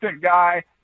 guy